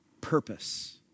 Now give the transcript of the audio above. purpose